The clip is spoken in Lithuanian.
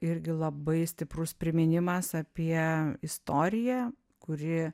irgi labai stiprus priminimas apie istoriją kuri